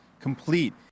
complete